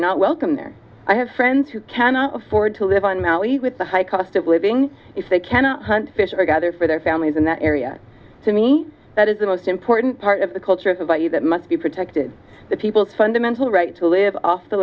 not welcome there i have friends who cannot afford to live on maui with the high cost of living if they cannot hunt fish or gather for their families in that area to me that is the most important part of the culture of the body that must be protected the peoples fundamental right to live off the